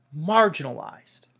marginalized